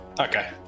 okay